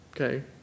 okay